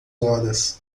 horas